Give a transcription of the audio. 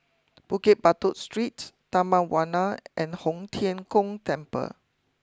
Bukit Batok Street Taman Warna and Tong Tien Kung Temple